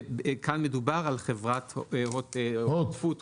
כאן מדובר על חברת הוט טלקום, נכון?